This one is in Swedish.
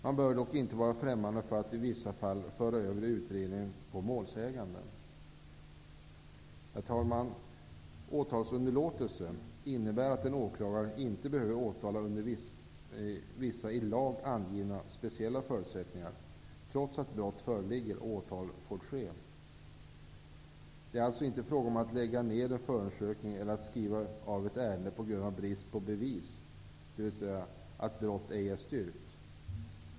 Man bör dock inte vara främmande för att i vissa fall föra över utredningen på målsäganden. Herr talman! Åtalsunderlåtelse innebär att en åklagare inte behöver åtala under vissa i lag angivna, speciella förutsättningar, trots att brott föreligger och åtal får ske. Det är alltså inte fråga om att lägga ned en förundersökning eller att skriva av ett ärende på grund av brist på bevis, dvs. att brott ej är styrkt.